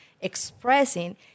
expressing